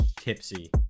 tipsy